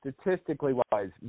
statistically-wise